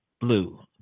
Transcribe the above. blue